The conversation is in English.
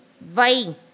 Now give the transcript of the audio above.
vai